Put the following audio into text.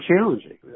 challenging